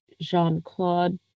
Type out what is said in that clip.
Jean-Claude